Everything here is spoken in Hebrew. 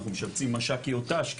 אנחנו משבצים משקיות ת"ש,